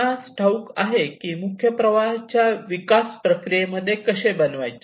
आपणास ठाऊक आहे की मुख्य प्रवाहाच्या विकास प्रक्रियेमध्ये कसे बनवायचे